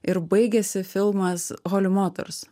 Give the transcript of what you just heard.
ir baigiasi filmas holi motors